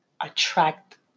attract